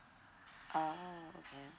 ah okay